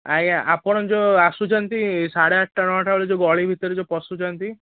ଆଜ୍ଞା ଆପଣ ଯେଉଁ ଆସୁଛନ୍ତି ସାଢ଼େ ଆଠଟା ନଅଟା ବେଳକୁ ଯେଉଁ ଗଳି ଭିତରେ ଯେଉଁ ପଶୁଛନ୍ତି